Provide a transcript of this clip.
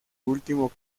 último